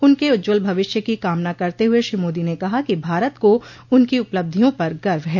उनके उज्जवल भविष्य की कामना करते हुए श्री मोदी ने कहा कि भारत को उनकी उपलब्धियों पर गर्व है